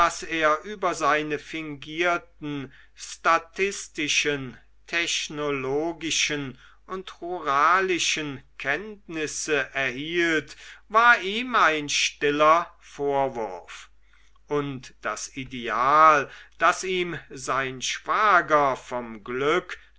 er über seine fingierten statistischen technologischen und ruralischen kenntnisse erhielt war ihm ein stiller vorwurf und das ideal das ihm sein schwager vom glück